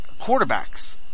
quarterbacks